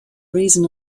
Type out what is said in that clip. reason